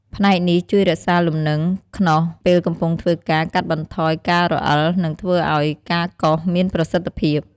ផ្នែកនេះជួយរក្សាលំនឹងខ្នោសពេលកំពុងធ្វើការ កាត់បន្ថយការរអិល និងធ្វើឱ្យការកោសមានប្រសិទ្ធភាព។